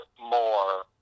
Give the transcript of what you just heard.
more